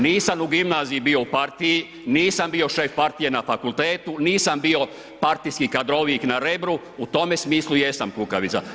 Nisam u gimnaziji bio u partiji, nisam bio šef partije na fakultetu, nisam bio partijski kadrovik na Rebru, u tome smislu jesam kukavica.